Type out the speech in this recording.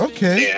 Okay